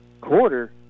quarter